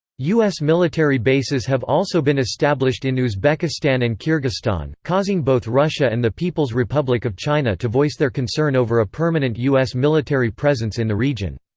u s. military bases have also been established in uzbekistan and kyrgyzstan, causing both russia and the people's republic of china to voice their concern over a permanent u s. military presence in the region.